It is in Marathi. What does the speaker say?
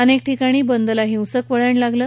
अनेक ठिकाणी बंदला हिंसक वळण लागलं